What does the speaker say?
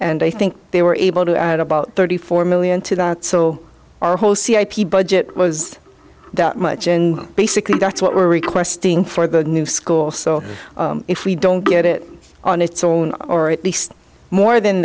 i think they were able to add about thirty four million to that so our whole c a p budget was that much and basically that's what we're requesting for the new school so if we don't get it on its own or at least more than